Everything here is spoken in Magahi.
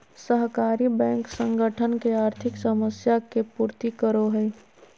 सहकारी बैंक संगठन के आर्थिक समस्या के पूर्ति करो हइ